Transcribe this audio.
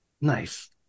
nice